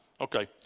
Okay